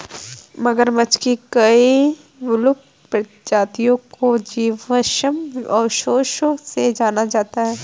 मगरमच्छ की कई विलुप्त प्रजातियों को जीवाश्म अवशेषों से जाना जाता है